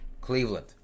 Cleveland